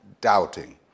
doubting